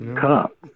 Cup